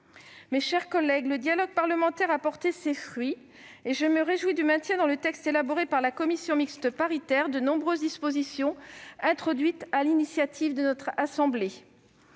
Mes chers collègues, le dialogue parlementaire a porté ses fruits ; je me réjouis du maintien dans le texte élaboré par la commission mixte paritaire de nombreuses dispositions introduites sur l'initiative de notre assemblée.